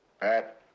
Pat